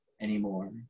anymore